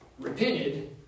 repented